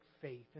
faith